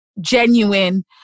Genuine